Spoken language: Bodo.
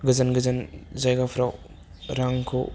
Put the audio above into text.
गोजान गोजान जायगाफ्राव रांखौ